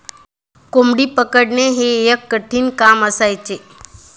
कोंबडी पकडणे हे एक कठीण काम असायचे